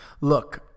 Look